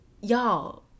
y'all